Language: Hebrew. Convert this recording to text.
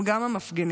הם גם המפגינים,